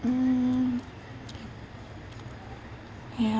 mm ya